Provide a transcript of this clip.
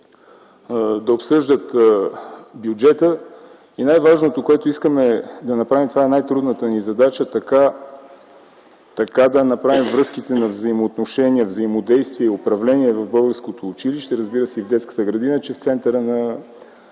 да обсъждат бюджета и най-важното, което искаме да направим, това е най-трудната ни задача, така да направим връзките на взаимоотношения, взаимодействие, управление в българското училище, разбира се, и детската градина, че в центъра на